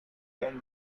can